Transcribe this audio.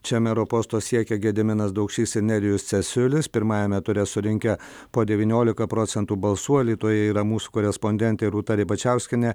čia mero posto siekia gediminas daukšys ir nerijus cesiulis pirmajame ture surinkę po devyniolika procentų balsų alytuje yra mūsų korespondentė rūta ribačiauskienė